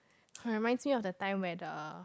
hmm reminds me of the time where the